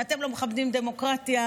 ואתם לא מכבדים דמוקרטיה,